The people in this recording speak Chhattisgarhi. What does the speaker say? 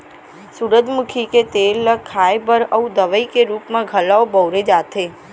सूरजमुखी के तेल ल खाए बर अउ दवइ के रूप म घलौ बउरे जाथे